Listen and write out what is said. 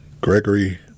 Gregory